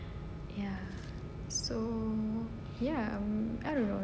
so ya I don't know like